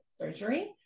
surgery